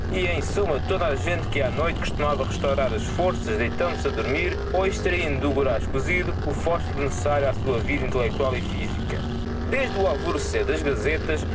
summa toda a gente que á noite costumava restaurar as forças deitando se a dormir ou extrahindo do goraz cozido o phosporo necessario á sua vida intellectual e physica desde o alvorejar das gazetas